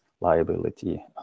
liability